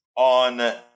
On